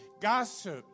gossip